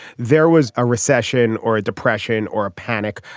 there was a recession or a depression or a panic.